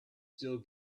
still